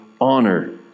honor